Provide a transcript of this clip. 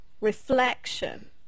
reflection